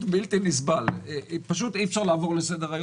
ולדימיר, בבקשה.